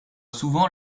souvent